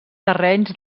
terrenys